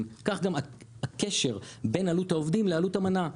כך גם הקשר בין עלות העובדים לעלות המנה.